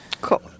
Cool